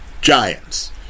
giants